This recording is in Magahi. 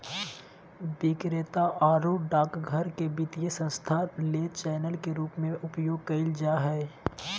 विक्रेता आरो डाकघर के वित्तीय संस्थान ले चैनल के रूप में उपयोग कइल जा हइ